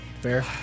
Fair